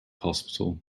hospital